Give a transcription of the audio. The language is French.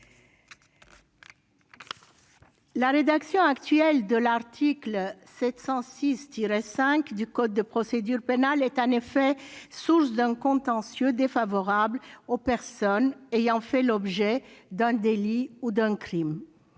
La rédaction actuelle de l'article 706-5 du code de procédure pénale est, à cet égard, source d'un contentieux défavorable aux personnes ayant subi un délit ou un crime.